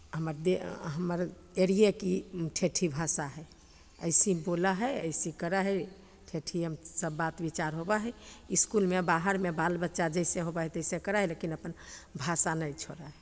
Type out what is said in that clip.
हम्मर दे हम्मर एरियाक ई ठेठी भाषा हइ एसेहि बोलऽ हइ एसिहि करऽ हइ ठेठियेमे सब बात विचार होबऽ हइ इसकुलमे बाहरमे बाल बच्चा जैसे होबऽ हइ तैसे करऽ हइ लेकिन अप्पन भाषा नहि छोड़य